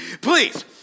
please